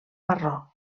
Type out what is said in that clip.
marró